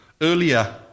earlier